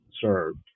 served